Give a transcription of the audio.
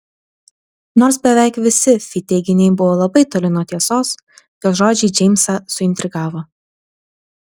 nors beveik visi fi teiginiai buvo labai toli nuo tiesos jos žodžiai džeimsą suintrigavo